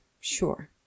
Sure